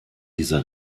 dieser